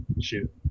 Shoot